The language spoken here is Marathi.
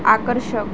आकर्षक